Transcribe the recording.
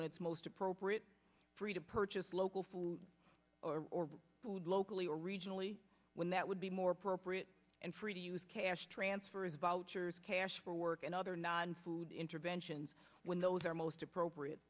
when it's most appropriate free to purchase local food or food locally originally when that would be more appropriate and free to use cash transfers vouchers cash for work and other non food interventions when those are most appropriate